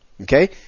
okay